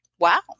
Wow